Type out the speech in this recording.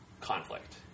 conflict